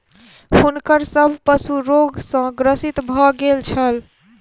हुनकर सभ पशु रोग सॅ ग्रसित भ गेल छल